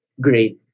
great